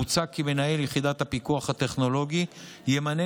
מוצע כי מנהל יחידת הפיקוח הטכנולוגי ימנה